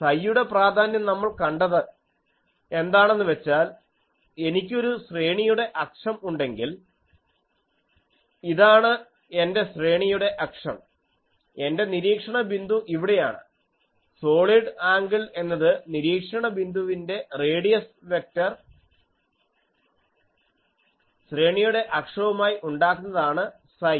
സൈയുടെ പ്രാധാന്യം നമ്മൾ കണ്ടത് എന്താണെന്ന് വച്ചാൽ എനിക്കൊരു ശ്രേണിയുടെ അക്ഷം ഉണ്ടെങ്കിൽ ഇതാണ് എൻ്റെ ശ്രേണിയുടെ അക്ഷം എൻറെ നിരീക്ഷണ ബിന്ദു ഇവിടെയാണ് സോളിഡ് ആംഗിൾ എന്നത് നിരീക്ഷണ ബിന്ദുവിൻ്റെ റേഡിയസ് വെക്ടർ ശ്രേണിയുടെ അക്ഷവുമായി ഉണ്ടാക്കുന്നതാണ് സൈ